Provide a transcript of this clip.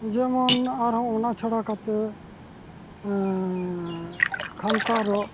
ᱡᱮᱢᱚᱱ ᱟᱨ ᱦᱚᱸ ᱚᱱᱟ ᱪᱷᱟᱲᱟ ᱠᱟᱛᱮ ᱠᱷᱟᱱᱛᱟ ᱨᱚᱜ